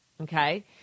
Okay